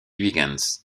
huygens